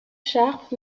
sharp